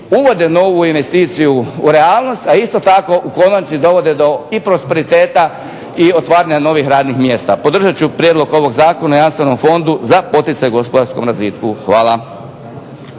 uvode novu investiciju u realnost, a isto tako u konačnici dovode do i prosperiteta i otvaranja novih radnih mjesta. Podržat ću prijedlog ovog Zakona o Jamstvenom fondu za poticaj gospodarskom razvitku. Hvala.